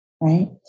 right